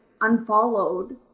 unfollowed